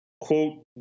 quote